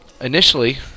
initially